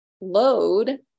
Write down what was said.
load